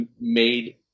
made